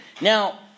Now